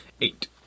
Eight